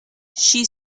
she